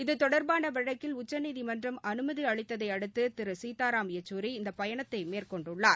இது தொடர்பான வழக்கில் உச்சநீதிமன்றம் அனுமதி அளித்ததை அடுத்து திரு சீதாராம் யச்சூரி இந்த பயணத்தை மேற்கொண்டுள்ளார்